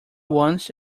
once